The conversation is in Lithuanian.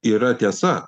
yra tiesa